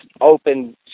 open